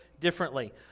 differently